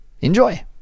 Enjoy